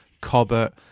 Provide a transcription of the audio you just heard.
Cobbett